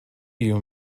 you